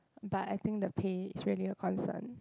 but I think the pay is really a concern